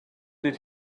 did